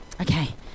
okay